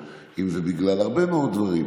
אם זה בגלל כישרון, אם זה בגלל הרבה מאוד דברים.